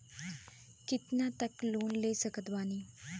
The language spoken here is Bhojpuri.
कितना तक लोन ले सकत बानी?